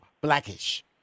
Blackish